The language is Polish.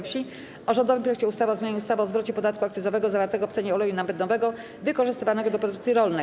Wsi o rządowym projekcie ustawy o zmianie ustawy o zwrocie podatku akcyzowego zawartego w cenie oleju napędowego wykorzystywanego do produkcji rolnej.